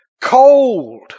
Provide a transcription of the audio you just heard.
Cold